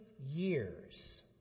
years